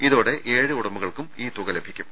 ഇതോടെ ഏഴ് ഉടമകൾക്ക് ഈ തുക ലഭിക്കും